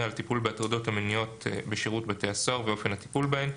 על הטיפול בהטרדות מיניות בשירות בתי הסוהר ואופן הטיפול בהן,